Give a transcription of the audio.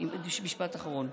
משפט אחרון.